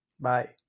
Bye